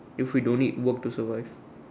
if we don't need work to survive